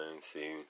see